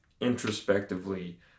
introspectively